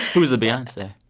who was the beyonce?